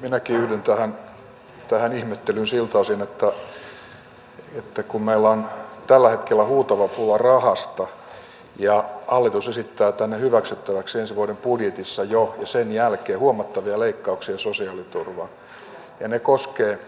minäkin yhdyn tähän ihmettelyyn siltä osin että kun meillä on tällä hetkellä huutava pula rahasta ja hallitus esittää tänne hyväksyttäväksi jo ensi vuoden budjetissa ja sen jälkeen huomattavia leikkauksia sosiaaliturvaan ja ne koskevat